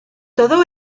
todo